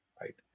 right